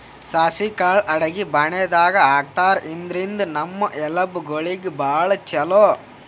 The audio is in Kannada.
ಸಾಸ್ವಿ ಕಾಳ್ ಅಡಗಿ ಫಾಣೆದಾಗ್ ಹಾಕ್ತಾರ್, ಇದ್ರಿಂದ್ ನಮ್ ಎಲಬ್ ಗೋಳಿಗ್ ಭಾಳ್ ಛಲೋ